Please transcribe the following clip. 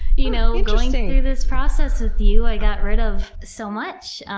you know going through this process with you, i got rid of so much!